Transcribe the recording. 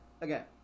again